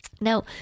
Now